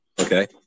Okay